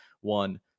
one